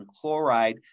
chloride